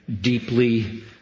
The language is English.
deeply